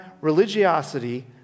religiosity